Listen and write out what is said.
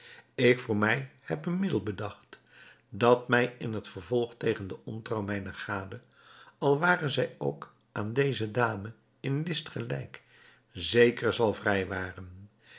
ik voor mij heb een middel bedacht dat mij in het vervolg tegen de ontrouw mijner gade al ware zij ook aan deze dame in list gelijk zeker zal